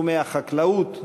בתחומי החקלאות,